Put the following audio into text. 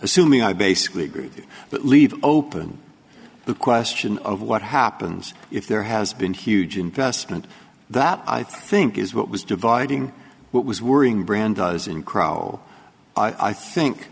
assuming i basically agree but leave open the question of what happens if there has been huge investment that i think is what was dividing what was worrying brand does in crowd i think